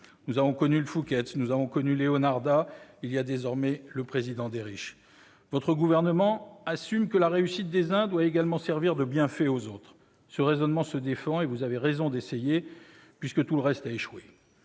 Nous avons connu le Fouquet's, nous avons connu Leonarda ; il y a désormais le « président des riches ». Votre gouvernement assume que la réussite des uns doit également servir de bienfaits aux autres. Ce raisonnement se défend, et vous avez raison d'essayer, puisque tout le reste a échoué.